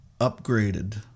upgraded